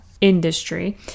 industry